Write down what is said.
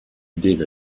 did